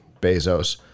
Bezos